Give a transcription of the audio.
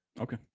okay